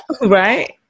Right